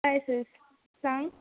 येस yes सांग